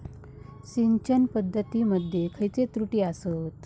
सिंचन पद्धती मध्ये खयचे त्रुटी आसत?